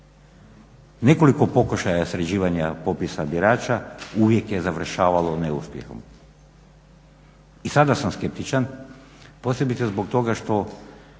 Nekoliko pokušaja sređivanja popisa birača uvijek je završavalo neuspjehom. I sada sam skeptičan, posebice zbog toga što